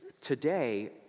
Today